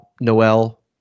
Noel